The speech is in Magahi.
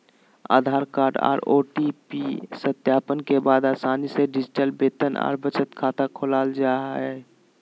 आधार कार्ड आर ओ.टी.पी सत्यापन के बाद आसानी से डिजिटल वेतन आर बचत खाता खोलल जा हय